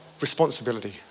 responsibility